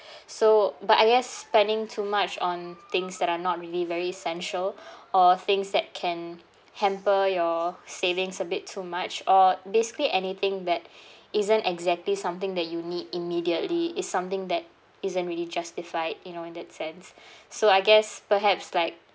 so but I guess spending too much on things that are not really very essential or things that can hamper your savings a bit too much or basically anything that isn't exactly something that you need immediately is something that isn't really justified you know in that sense so I guess perhaps like